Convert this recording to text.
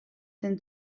den